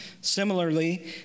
Similarly